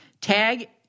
Tag